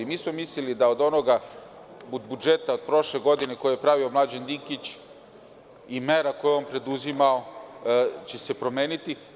Mi smo mislili da onoga, od budžeta od prošle godine koji je pravio Mlađan Dinkić, i mere koje je on preduzimao će se promeniti.